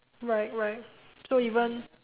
right right so even